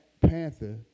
Panther